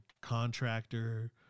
Contractor